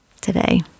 today